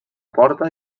porta